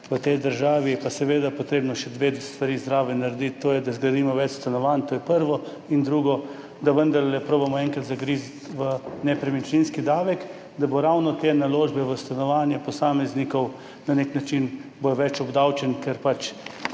v tej državi. Je pa seveda potrebno še dve stvari zraven narediti. To je, da zgradimo več stanovanj, to je prvo. In drugo, da vendarle poskusimo enkrat zagristi v nepremičninski davek, da bodo ravno te naložbe posameznikov v stanovanja na nek način bolj obdavčene, ker pač